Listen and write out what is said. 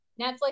netflix